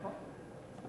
נכון.